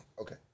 Okay